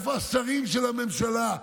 איפה השרים של הממשלה?